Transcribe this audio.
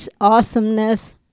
awesomeness